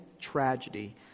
tragedy